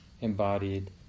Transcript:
embodied